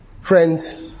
Friends